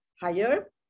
higher